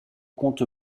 conte